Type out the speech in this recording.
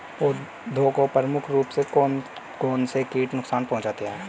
पौधों को प्रमुख रूप से कौन कौन से कीट नुकसान पहुंचाते हैं?